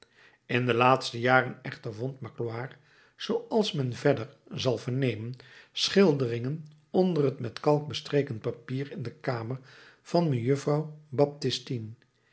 in de laatste jaren echter vond magloire zooals men verder zal vernemen schilderingen onder het met kalk bestreken papier in de kamer van mejuffrouw baptistine